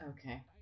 Okay